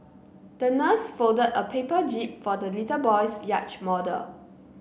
the nurse folded a paper jib for the little boy's yacht model